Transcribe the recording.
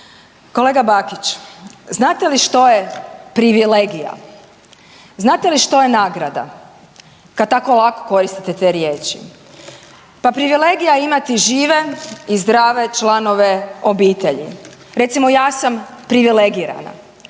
Kolega Bakić znate li što je privilegija? Znate li što je nagrada kad tako lako koristite te riječi. Pa, privilegija imati žive i zdrave članove obitelji. Recimo ja sam privilegirana